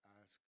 ask